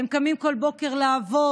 הם קמים כל בוקר לעבוד.